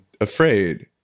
afraid